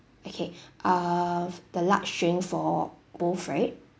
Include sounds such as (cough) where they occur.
okay (breath) uh the large shrimps for both right